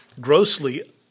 grossly